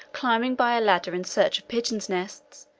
climbing by a ladder in search of pigeons' nests,